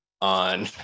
on